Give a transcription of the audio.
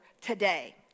today